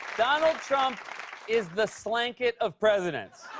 donald trump is the slanket of presidents.